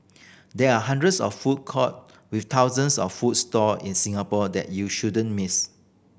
there are hundreds of food court with thousands of food stall in Singapore that you shouldn't miss